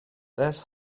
there’s